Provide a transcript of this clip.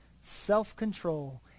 self-control